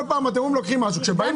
כל פעם אתם באים ולוקחים משהו.